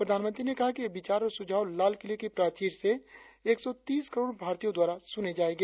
प्रधानमंत्री ने कहा है कि ये विचार और सुझाव लाल किले की प्राचीर से एक सौ तीस करोड़ भारतीयों द्वारा सुने जायेंगे